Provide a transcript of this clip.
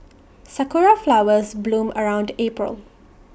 Sakura Flowers bloom around April